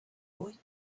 boy